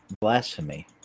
blasphemy